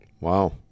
Wow